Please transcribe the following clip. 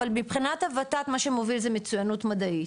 אבל מבחינת הות"ת מה שמוביל זו מצוינות מדעית.